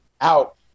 Out